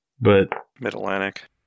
Mid-Atlantic